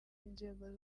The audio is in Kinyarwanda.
inzego